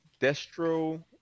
Destro